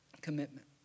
commitment